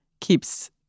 keeps